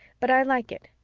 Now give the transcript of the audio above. but i like it.